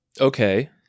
Okay